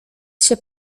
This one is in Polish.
się